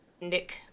Nick